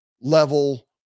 level